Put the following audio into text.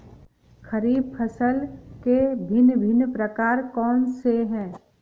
खरीब फसल के भिन भिन प्रकार कौन से हैं?